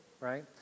right